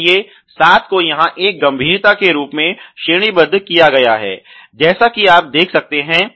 इसलिए सात को यहां एक गंभीरता के रूप में श्रेणीबद्ध किया गया है जैसा कि आप देख सकते हैं